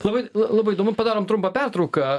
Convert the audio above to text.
labai labai įdomu padarom trumpą pertrauką